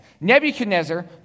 Nebuchadnezzar